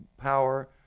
power